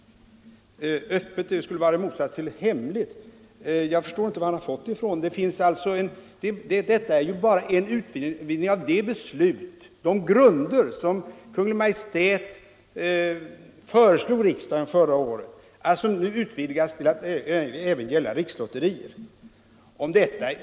Med ”öppet” skulle i detta fall avses motsatsen till hemligt. Jag förstår inte varifrån han har fått detta. Det gäller bara utvidgning under vissa förutsättningar av tillämpningen av de grunder, som Kungl. Maj:t föreslog riksdagen förra året, till att nu även gälla rikslotterier.